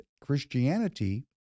Christianity